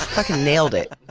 fuckin' nailed it.